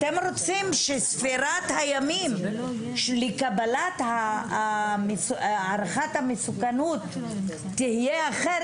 אתם רוצים שספירת הימים לקבלת הערכת המסוכנות תהיה אחרת,